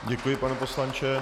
Děkuji, pane poslanče.